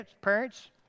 parents